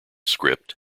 script